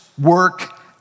work